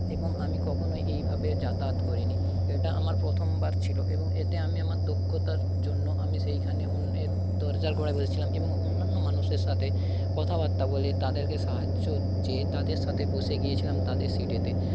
এবং আমি কখনো এইভাবে যাতায়াত করিনি এটা আমার প্রথমবার ছিল এবং এতে আমি আমার দক্ষতার জন্য আমি সেইখানে দরজার গোড়ায় বসেছিলাম এবং অন্যান্য মানুষের সাথে কথাবার্তা বলে তাদেরকে সাহায্য চেয়ে তাদের সাথে বসে গিয়েছিলাম তাদের সিটেতে